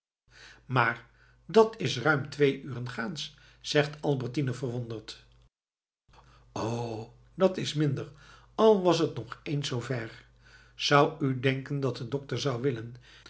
maar dat is ruim twee uren gaans zegt albertine verwonderd o dat is minder al was het nog eens zoo ver zou u denken dat de dokter zou willen